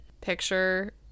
picture